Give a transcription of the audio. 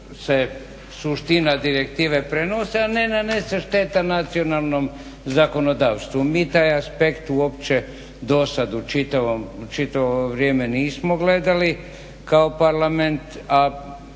suština direktive prenose, a ne nanese šteta nacionalnom zakonodavstvu. Mi taj aspekt uopće dosad čitavo ovo vrijeme nismo gledali kao parlament, a